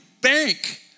bank